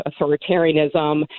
authoritarianism